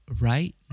right